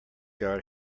yard